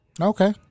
Okay